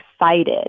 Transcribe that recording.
excited